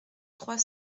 trois